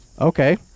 okay